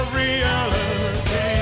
reality